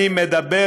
חברים, אני מדבר